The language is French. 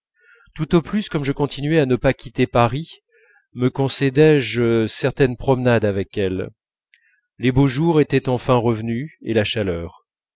tout au plus comme je continuais à ne pas quitter paris me concédai je certaines promenades avec elle les beaux jours étaient enfin revenus et la chaleur